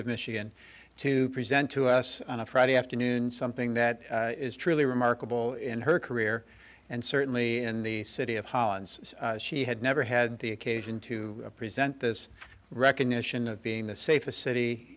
of michigan to present to us on a friday afternoon something that is truly remarkable in her career and certainly in the city of hollands she had never had the occasion to present this recognition of being the safest